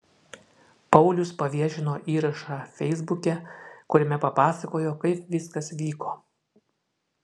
paulius paviešino įrašą feisbuke kuriame papasakojo kaip viskas vyko